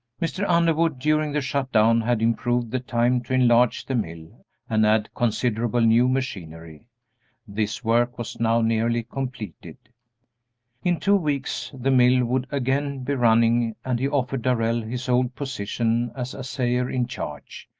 mr. underwood, during the shut-down, had improved the time to enlarge the mill and add considerable new machinery this work was now nearly completed in two weeks the mill would again be running, and he offered darrell his old position as assayer in charge,